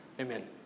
Amen